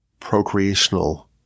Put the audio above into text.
procreational